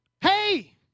Hey